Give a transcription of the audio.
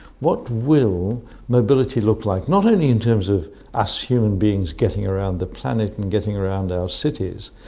what will mobility look like, not only in terms of us human beings getting around the planet and getting around our cities,